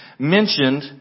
mentioned